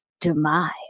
demise